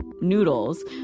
noodles